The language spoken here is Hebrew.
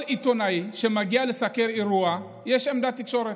כל עיתונאי שמגיע לסקר אירוע, יש עמדת תקשורת,